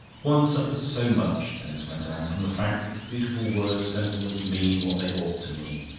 one suffers so much, denis went on, from the fact that beautiful words don't always mean what they ought to mean.